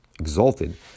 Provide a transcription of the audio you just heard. exalted